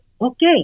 okay